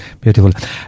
Beautiful